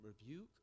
rebuke